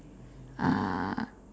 uh